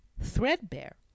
threadbare